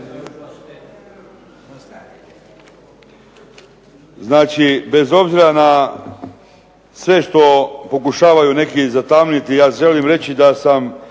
Znači, bez obzira na sve što pokušavaju neki zatamniti, ja želim reći da sam